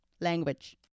language